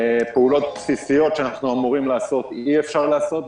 פעולות בסיסיות שאנחנו אמורים לעשות אי אפשר לעשות.